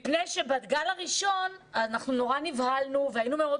בגל הראשון נורא נבהלנו והיינו מאוד